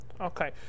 Okay